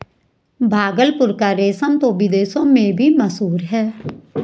भागलपुर का रेशम तो विदेशों में भी मशहूर है